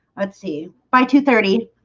let's see by two thirty.